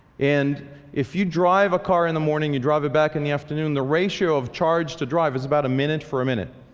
and if you drive a car in the morning and drive it back in the afternoon the ratio of charge to drive is about a minute for a minute.